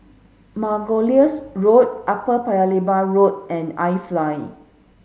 Margoliouth Road Upper Paya Lebar Road and iFly